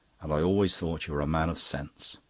and i always thought you were a man of sense.